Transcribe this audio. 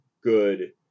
good